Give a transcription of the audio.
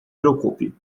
preocupe